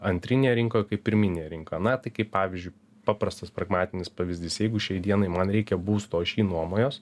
antrinėje rinkoj kaip pirminėje rinkoj na tai kaip pavyzdžiui paprastas pragmatinis pavyzdys jeigu šiai dienai man reikia būsto aš jį nuomojuos